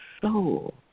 soul